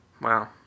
Wow